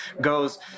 goes